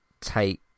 take